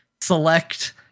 select